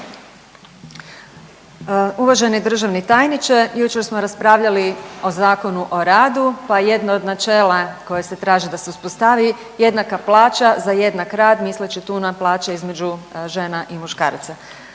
Uvaženi državni tajniče, jučer smo raspravljali o ZOR-u pa jedno od načela koje se traži da se uspostavi jednaka plaća za jednak rad, misleći tu na plaće između žena i muškaraca,